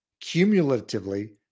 Cumulatively